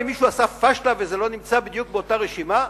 אם מישהו עשה פשלה וזה לא נמצא בדיוק באותה רשימה,